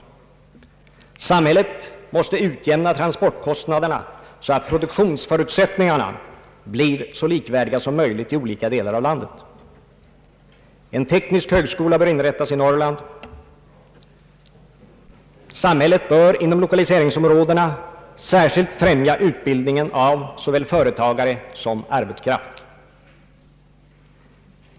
Samhället måste utjämna transportkostnaderna, så att produktionsförutsättningarna blir så likvärdiga som möjligt i olika delar av landet. En teknisk högskola bör inrättas i Norrland. Samhället bör inom lokaliseringsområdena särskilt främja utbildningen av såväl företagare som arbetskraft.